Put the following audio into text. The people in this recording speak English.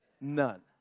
None